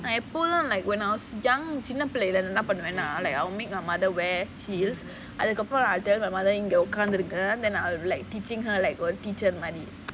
I எப்போதும்:epothum like when I was young சின்ன புலைல என்ன பண்ணுவது:chinna pulaila enna pannuvathu like I will make my mother wear heels அதுக்கு அப்புறம்:athuku appuram I tell my mother இங்க உக்காந்து இருக்கேன்:inga ukaanthu irukkaen then I will be like teaching her like got tuition money